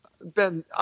ben